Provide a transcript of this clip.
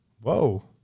Whoa